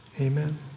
amen